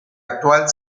actual